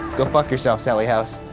go fuck yourself, sallie house.